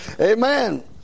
Amen